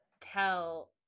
tell